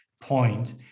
point